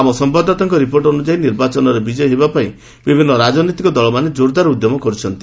ଆମ ସମ୍ଭାଦଦାତାଙ୍କ ରିପୋର୍ଟ ଅନୁଯାୟୀ ନିର୍ବାଚନରେ ବିଜୟୀ ହେବା ପାଇଁ ବିଭିନ୍ନ ରାଜନୈତିକ ଦଳମାନେ ଜୋରଦାର ଉଦ୍ୟମ କରୁଛନ୍ତି